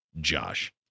Josh